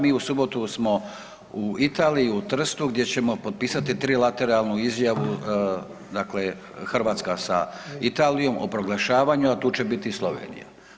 Mi u subotu smo u Italiji u Trstu gdje ćemo potpisati trilateralnu izjavu Hrvatska sa Italijom o proglašavanju, a tu će biti i Slovenija.